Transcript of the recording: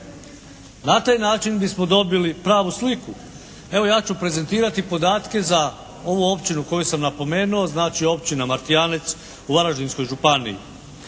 Na taj način bismo dobili pravu sliku. Evo ja ću prezentirati podatke za ovu općinu koju sam napomenuo, znači općina Martijanec u Varaždinskoj županiji.